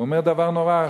אומר דבר נורא,